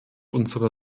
unsere